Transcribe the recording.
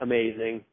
Amazing